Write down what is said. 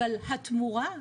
אבל התמורה,